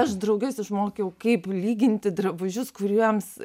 aš drauges išmokiau kaip lyginti drabužius kuriems